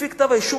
לפי כתב האישום,